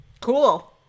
cool